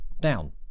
down